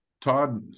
Todd